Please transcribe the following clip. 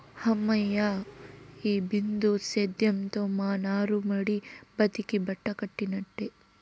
హమ్మయ్య, ఈ బిందు సేద్యంతో మా నారుమడి బతికి బట్టకట్టినట్టే